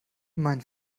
mein